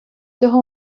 цього